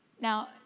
Now